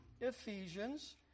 Ephesians